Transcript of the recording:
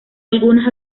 algunas